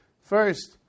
first